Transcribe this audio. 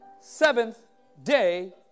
Seventh-day